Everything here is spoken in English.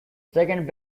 second